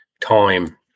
time